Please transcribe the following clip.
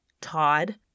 Todd